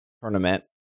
Tournament